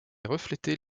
refléter